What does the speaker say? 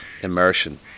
immersion